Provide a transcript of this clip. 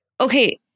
Okay